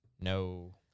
No